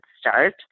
Start